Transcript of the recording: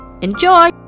Enjoy